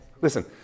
Listen